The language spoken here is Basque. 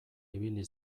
ibili